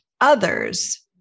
others